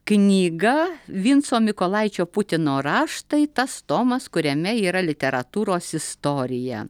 knyga vinco mykolaičio putino raštai tas tomas kuriame yra literatūros istorija